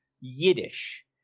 Yiddish